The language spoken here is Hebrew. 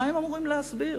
מה הם אמורים להסביר,